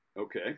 Okay